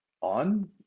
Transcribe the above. on